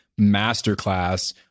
masterclass